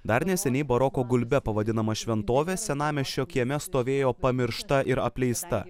dar neseniai baroko gulbe pavadinama šventovė senamiesčio kieme stovėjo pamiršta ir apleista